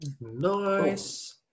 Nice